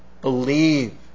believe